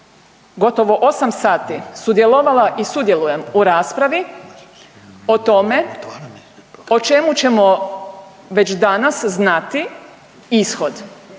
gotovo 8 sati sudjelovala i sudjelujem u raspravi o tome o čemu ćemo već danas znati ishod.